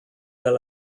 fel